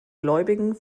gläubigen